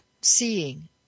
seeing